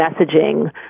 messaging